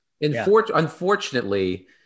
Unfortunately